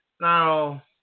Now